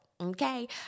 Okay